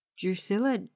Drusilla